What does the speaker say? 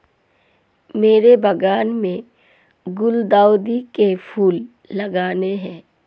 मेरे बागान में गुलदाउदी के फूल लगाने हैं